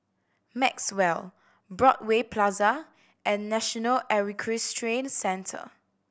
Maxwell Broadway Plaza and National Equestrian Centre